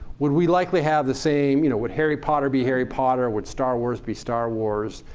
would we likely have the same you know would harry potter be harry potter? would star wars be star wars?